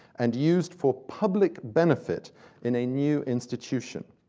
and used for public benefit in a new institution.